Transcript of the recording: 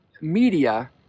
media